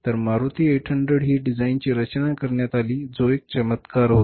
तर मारुती 800 ही डिझाईनची रचना करण्यात आली जो एक चमत्कार होता